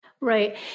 Right